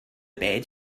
bed